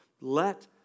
Let